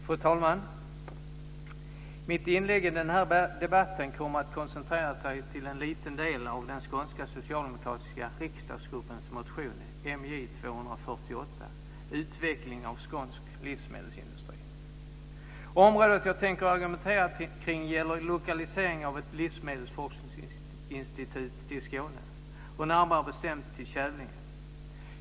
Fru talman! Mitt inlägg i denna debatt kommer att koncentrera sig till en liten del av den skånska socialdemokratiska riksdagsgruppens motion MJ248 Utveckling av skånsk livsmedelsindustri. Området jag tänker argumentera kring gäller lokalisering av ett livsmedelsforskningsinstitut till Skåne och närmare bestämt till Kävlinge.